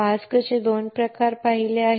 मास्कचे दोन प्रकार आपण पाहिले आहेत